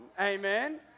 amen